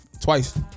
Twice